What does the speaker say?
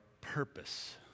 purpose